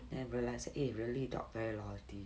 then I realise !hey! really dog really very loyalty